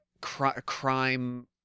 crime